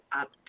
up